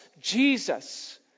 Jesus